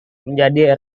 menjadi